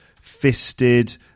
fisted